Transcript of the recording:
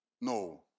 No